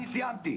אני סיימתי.